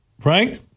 Frank